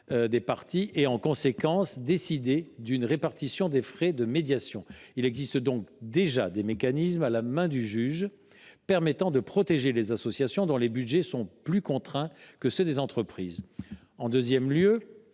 des parties et, en conséquence, décider d’une autre répartition. Il existe donc déjà des mécanismes, à la main du juge, permettant de protéger les associations, dont les budgets sont plus contraints que ceux des entreprises. En deuxième lieu,